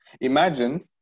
Imagine